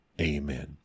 Amen